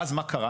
ואז מה קרה?